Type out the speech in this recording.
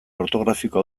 ortografiko